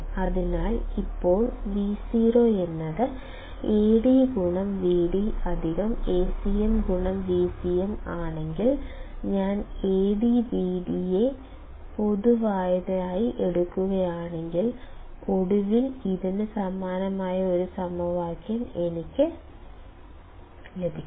അതിനാൽ ഇപ്പോൾ Vo Ad Vd Acm Vcm ആണെങ്കിൽ ഞാൻ AdVd യെ പൊതുവായതായി എടുക്കുകയാണെങ്കിൽ ഒടുവിൽ ഇതിന് സമാനമായ ഒരു സമവാക്യം എനിക്ക് ലഭിക്കും